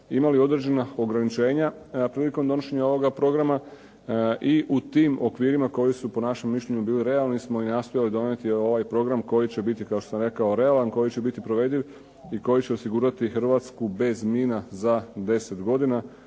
imali određena ograničenja prilikom donošenja ovoga programa i u tim okvirima koji su po našem mišljenju bili realni smo i nastojali donijeti ovaj program koji će biti, kao što sam rekao, realan, koji će biti provediv i koji će osigurati Hrvatsku bez mina za 10 godina.